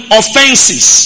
offenses